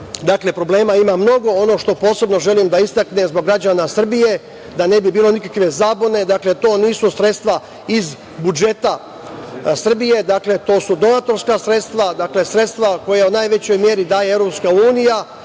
problema ima mnogo. Ono što posebno želim da istaknem zbog građana Srbije, da ne bi bilo nikakve zabune, to nisu sredstva iz budžeta Srbije, to su donatorska sredstva, sredstva koja u najvećoj meri daje EU,